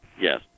Yes